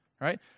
right